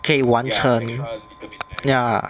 可以完成 ya